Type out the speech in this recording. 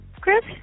Chris